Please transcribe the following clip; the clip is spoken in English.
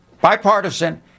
bipartisan